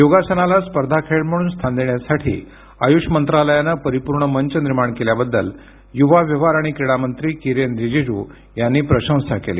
योगासनाला स्पर्धा खेळ म्हणून स्थान देण्यासाठी आयुष मंत्रालयानं परिपूर्ण मंच निर्माण केल्याबद्दल युवा व्यवहार आणि क्रीडा मंत्री किरेन रिजिजु यांनी प्रशंसा केली